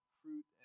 fruit